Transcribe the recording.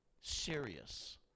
serious